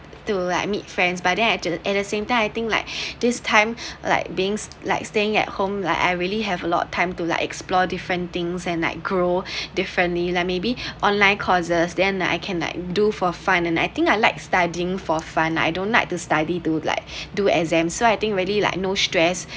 to like meet friends but then act~ at the same time I think like this time like beings like staying at home like I really have a lot of time to like explore different things and like grow differently like maybe online courses then I can like do for fun and I think I like studying for fun I don't like to study do like do exam so I think really like no stress